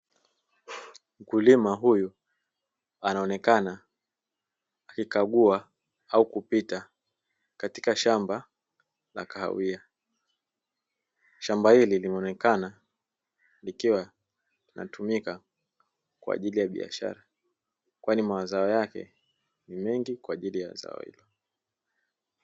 Mkulima huyu anaonekana akikagua au kupita katika shamba la kahawia, shamba hili limeonekana likiwa linatumika kwajili ya biashara kwani mazao yake ni mengi kwajili ya zao hilo.